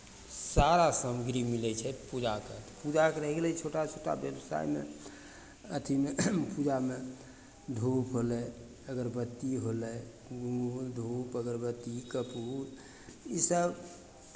सारा सामग्री मिलै छै पूजाके पूजाके रहि गेलै छोटा छोटा बेगूसरायमे अथिमे पूजामे धूप होलै अगरबत्ती होलै ई धूप अगरबत्ती कपूर इसभ